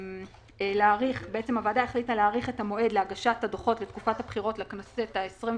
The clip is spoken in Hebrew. להאריך את המועד להגשת הדוחות לתקופת הבחירות לכנסות ה-21,